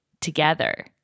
together